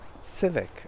civic